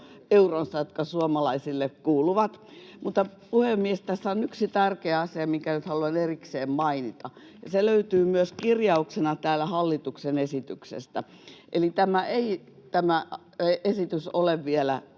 veroeuronsa, jotka suomalaisille kuuluvat. Mutta, puhemies, tässä on yksi tärkeä asia, minkä nyt haluan erikseen mainita, ja se löytyy myös kirjauksena täältä hallituksen esityksestä, eli tämä esitys ei ole vielä